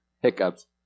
hiccups